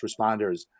responders